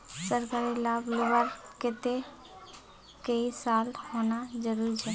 सरकारी लाभ लुबार केते कई साल होना जरूरी छे?